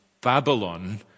Babylon